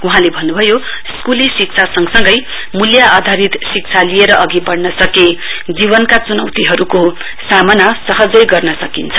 वहाँले भन्नुभयो स्कूली शिक्षा सँगसँगै मूल्य आधारित शिक्षा लिएर अघि बढ़न सके जीवनका चुनौतीहरूको सामना सहजै गर्न सकिन्छ